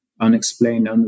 unexplained